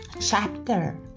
Chapter